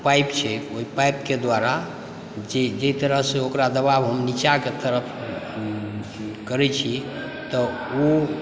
ओ pipe छै ओहि पाइपके द्वारा जे जाहि तरहसँ ओकरा दबावमे हम नीचाँक तरफ करैत छी तऽ ओ